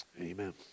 Amen